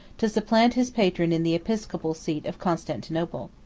to supplant his patron in the episcopal seat of constantinople.